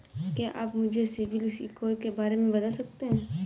क्या आप मुझे सिबिल स्कोर के बारे में बता सकते हैं?